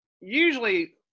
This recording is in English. usually